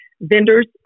vendors